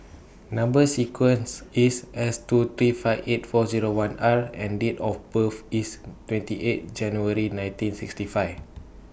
Number sequence IS S two three five eight four Zero one R and Date of birth IS twenty eight January nineteen sixty five